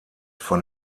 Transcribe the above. von